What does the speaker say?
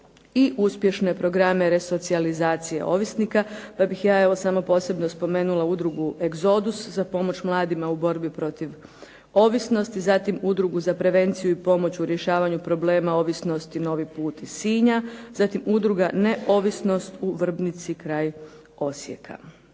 i uspješne programe resocijalizacije ovisnika. Pa bih ja evo samo posebno spomenula Udrugu "Egzodus" za pomoć mladima u borbi protiv ovisnosti, zatim Udrugu za prevenciju i pomoć u rješavanju problema ovisnosti "Novi put" iz Sinja, zatim Udruga "Neovisnost" u Vrbnici kraj Osijeka,